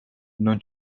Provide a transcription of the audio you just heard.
non